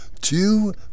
two